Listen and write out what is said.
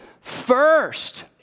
first